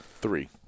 Three